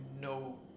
no